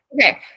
okay